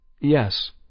Yes